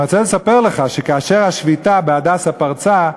אבל אני רוצה לספר לך שכאשר השביתה ב"הדסה" פרצה,